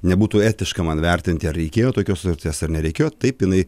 nebūtų etiška man vertinti ar reikėjo tokios sutarties ar nereikėjo taip jinai